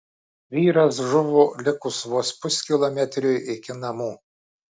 vyras žuvo likus vos puskilometriui iki namų